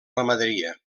ramaderia